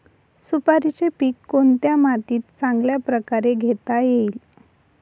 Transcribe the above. सुपारीचे पीक कोणत्या मातीत चांगल्या प्रकारे घेता येईल?